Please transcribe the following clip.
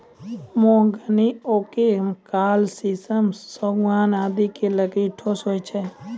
mahogany, oak, काला शीशम, सागौन आदि के लकड़ी ठोस होय छै